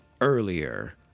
earlier